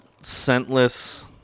scentless